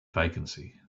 vacancy